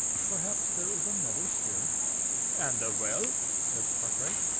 perhaps there is a mother spirit and the well? said arkwright.